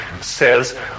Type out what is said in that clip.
says